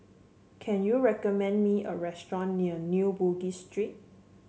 can you recommend me a restaurant near New Bugis Street